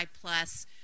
plus